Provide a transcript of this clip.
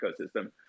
ecosystem